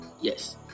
yes